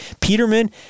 Peterman